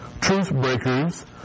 truth-breakers